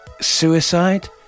suicide